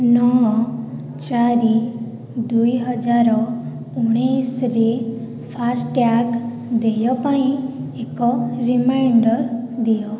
ନଅ ଚାରି ଦୁଇହଜାର ଉଣେଇଶହରେ ଫାସ୍ଟ୍ୟାଗ୍ ଦେୟ ପାଇଁ ଏକ ରିମାଇଣ୍ଡର୍ ଦିଅ